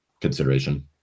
consideration